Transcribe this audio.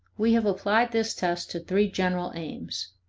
we have applied this test to three general aims